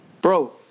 Bro